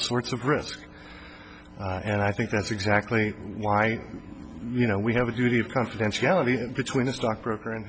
sorts of risks and i think that's exactly why you know we have a duty of confidentiality that between a stockbroker and